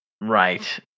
Right